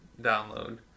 download